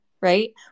right